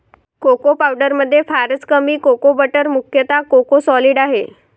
cocoa पावडरमध्ये फारच कमी कोको बटर मुख्यतः कोको सॉलिड आहे